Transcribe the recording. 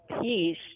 peace